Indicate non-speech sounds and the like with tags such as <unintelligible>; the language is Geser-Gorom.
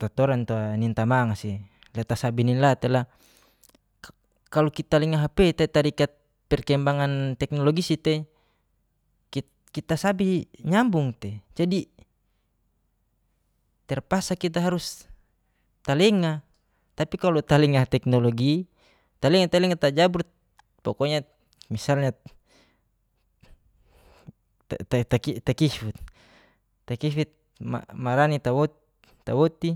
tatorantua nitamangso la tasabinila tela kalo kita lenga hp tatarikat perkembangan teknlogisi tei kita sabi nyambung tei jadi, terpaksa kita harus talenga tapi kalo talenga teknlogi, talenga-talenga tajabur pokonya misalnya <unintelligible> takifit marani tawoti